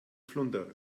flunder